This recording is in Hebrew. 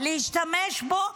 להשתמש בו,